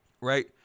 right